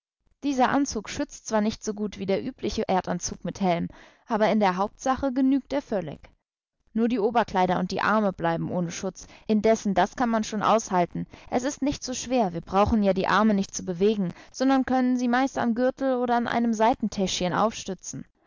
dieser anzug schützt zwar nicht so gut wie der übliche erdanzug mit helm aber in der hauptsache genügt er völlig nur die oberkleider und die arme bleiben ohne schutz indessen das kann man schon aushalten es ist nicht so schwer wir brauchen ja die arme nicht zu bewegen sondern können sie meist am gürtel oder an einem seitentäschchen aufstützen